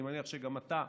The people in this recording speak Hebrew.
ואני מניח שגם אתה,